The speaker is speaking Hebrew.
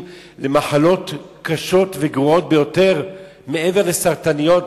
למחלות קשות וגרועות ביותר מעבר לסרטניות,